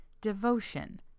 devotion